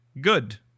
Good